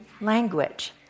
language